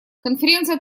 конференция